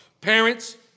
parents